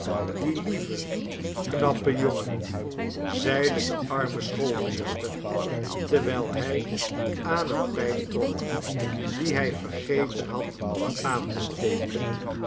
die lieve knappe jongen zeide de arme schoolmeester terwijl hij aan eene pijp trok die hij vergeten had aan te steken